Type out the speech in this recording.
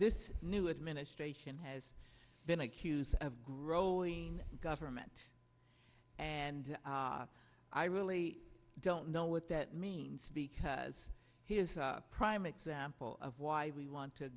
this new administration has been accused of growing government and i really don't know what that means because he is a prime example of why we want to